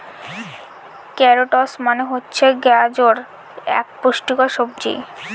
carrots মানে হচ্ছে গাজর যেটা এক পুষ্টিকর সবজি